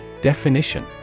Definition